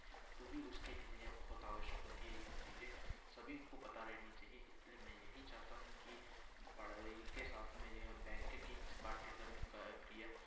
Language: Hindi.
तो भी उसके के लिए बहुत आवश्यक होती है यह चीज़ें सभी को पता रहनी चाहिए इसलिए मैं यही चाहता हूँ कि पढ़ाई के साथ में यह बैंक की पाठ्यक्रम का क्रिया